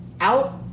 out